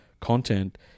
content